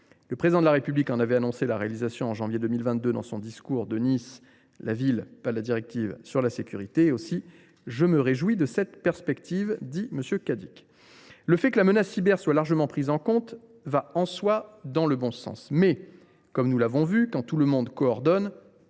Le Président de la République en avait annoncé la réalisation en janvier 2022 dans son discours de Nice sur la sécurité. Aussi M. Cadic se réjouit il de cette perspective. Le fait que la menace cyber soit largement prise en compte va en soi dans le bon sens. Mais, comme nous l’avons vu, quand tout le monde coordonne,